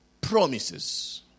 promises